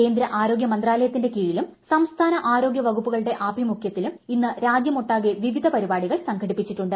കേന്ദ്ര ആരോഗൃമന്ത്രാലയത്തിന്റെ കീഴിലും സംസ്ഥാന ആരോഗ്യവകുപ്പുകളുടെ ആഭിമുഖ്യത്തിലും ഇന്ന് രാജ്യമൊട്ടാകെ വിവിധ പരിപാടികൾ സംഘടിപ്പിച്ചിട്ടുണ്ട്